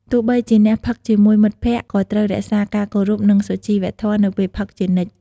ទោះបីជាអ្នកផឹកជាមួយមិត្តភក្តិ ក៏ត្រូវរក្សាការគោរព និងសុជីវធម៌នៅពេលផឹកជានិច្ច។